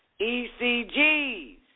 ECGs